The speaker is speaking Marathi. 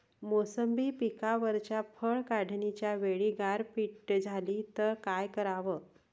मोसंबी पिकावरच्या फळं काढनीच्या वेळी गारपीट झाली त काय कराव?